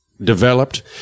developed